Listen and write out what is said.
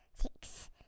six